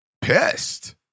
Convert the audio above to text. pissed